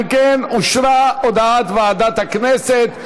אם כן, אושרה הודעת ועדת הכנסת.